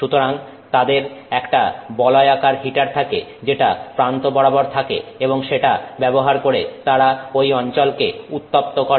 সুতরাং তাদের একটা বলায়াকার হিটার থাকে যেটা প্রান্ত বরাবর থাকে এবং সেটা ব্যবহার করে তারা ওই অঞ্চলকে উত্তপ্ত করে